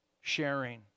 sharing